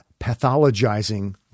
pathologizing